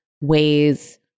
ways